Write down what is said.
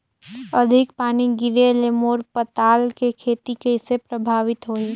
अधिक पानी गिरे ले मोर पताल के खेती कइसे प्रभावित होही?